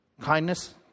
Kindness